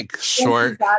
short